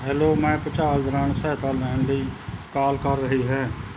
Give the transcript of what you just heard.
hello ਮੈਂ ਭੁਚਾਲ ਦੌਰਾਨ ਸਹਾਇਤਾ ਲੈਣ ਲਈ ਕਾਲ ਕਰ ਰਹੀ ਹੈ